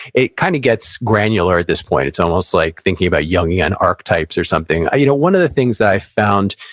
it kind of gets granular at this point. it's almost like thinking about young young archetypes or something. you know one of the things that i found,